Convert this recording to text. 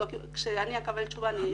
כשאני אקבל תשובה אני אודיע.